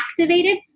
activated